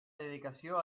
dedicació